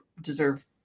deserve